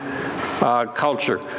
culture